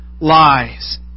lies